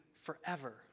forever